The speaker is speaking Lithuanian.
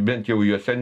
bent jau jose